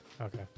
Okay